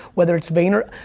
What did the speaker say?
whether it's vayner.